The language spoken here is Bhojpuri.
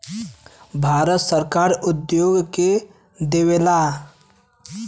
भारत सरकार उद्योग के देवऽला